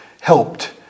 helped